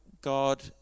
God